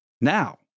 now